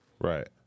Right